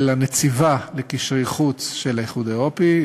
הנציבה לקשרי חוץ של האיחוד האירופי,